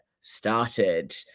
started